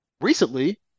recently